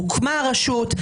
הוקמה הרשות,